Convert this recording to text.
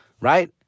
right